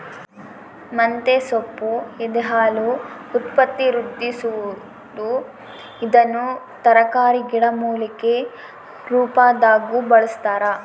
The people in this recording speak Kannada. ಮಂತೆಸೊಪ್ಪು ಎದೆಹಾಲು ಉತ್ಪತ್ತಿವೃದ್ಧಿಸುವದು ಇದನ್ನು ತರಕಾರಿ ಗಿಡಮೂಲಿಕೆ ರುಪಾದಾಗೂ ಬಳಸ್ತಾರ